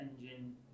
engine